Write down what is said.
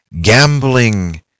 gambling